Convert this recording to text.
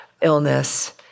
illness